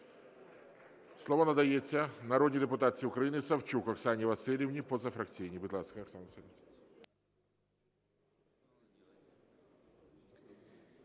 Слово надається народній депутатці України Савчук Оксані Василівні,